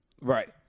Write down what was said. Right